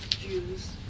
Jews